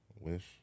Wish